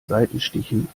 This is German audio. seitenstichen